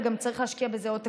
וגם צריך להשקיע בזה עוד תקציבים.